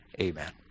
Amen